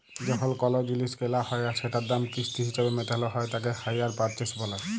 যখল কল জিলিস কেলা হ্যয় আর সেটার দাম কিস্তি হিছাবে মেটাল হ্য়য় তাকে হাইয়ার পারচেস ব্যলে